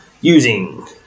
using